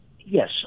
Yes